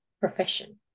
profession